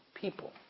people